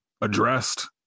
addressed